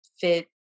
fit